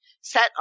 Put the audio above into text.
set